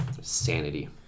Sanity